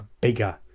bigger